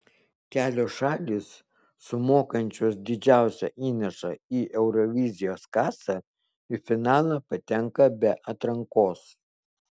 kelios šalys sumokančios didžiausią įnašą į eurovizijos kasą į finalą patenka be atrankos